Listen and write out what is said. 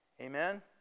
Amen